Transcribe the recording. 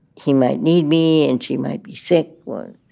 he might need me and she might be sick one